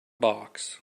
box